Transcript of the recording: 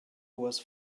was